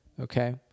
Okay